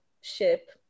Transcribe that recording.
ship